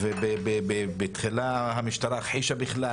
בתחילה,